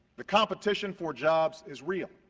the competition for jobs is real.